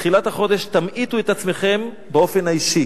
בתחילת החודש תמעיטו את עצמכם באופן האישי.